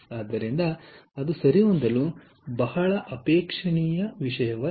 ಆದ್ದರಿಂದ ಅದು ಸರಿ ಹೊಂದಲು ಬಹಳ ಅಪೇಕ್ಷಣೀಯ ವಿಷಯವಲ್ಲ